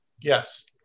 Yes